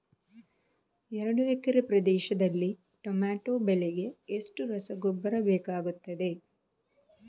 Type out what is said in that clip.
ಎರಡು ಎಕರೆ ಪ್ರದೇಶದಲ್ಲಿ ಟೊಮ್ಯಾಟೊ ಬೆಳೆಗೆ ಎಷ್ಟು ರಸಗೊಬ್ಬರ ಬೇಕಾಗುತ್ತದೆ?